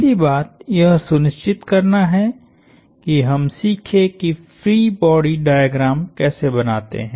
पहली बात यह सुनिश्चित करना है कि हम सीखें कि फ्री बॉडी डायग्राम कैसे बनाते है